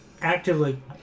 actively